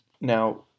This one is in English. Now